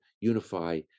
unify